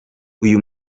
uyu